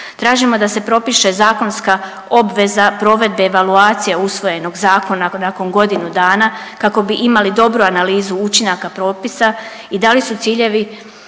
Tražimo da se propiše zakonska obveza provedbe evaluacije usvojenog zakona nakon godinu dana kako bi imali dobru analizu učinaka propisa i da li su ciljevi